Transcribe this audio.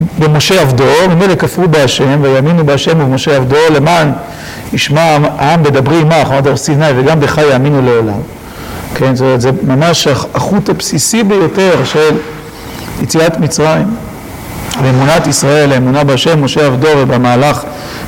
במשה עבדו, ממילא כפרו בהשם, ויאמינו בהשם ובמשה עבדו, למען ישמע העם בדברי עימך במעמד הר סיני, וגם בך יאמינו לעולם זה ממש החוט הבסיסי ביותר של יציאת מצרים לאמונת ישראל, לאמונה בהשם, משה עבדו, ובמהלך